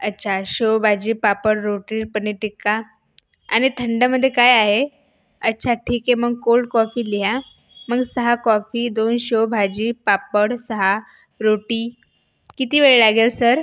अच्छा शेव भाजी पापड रोटी पनीर टिक्का आणि थंडमध्ये काय आहे अच्छा ठीक आहे मग कोल्ड कॉफी लिहा मला सहा कॉफी दोन शेव भाजी पापड सहा रोटी किती वेळ लागेल सर